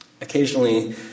occasionally